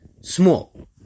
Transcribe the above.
small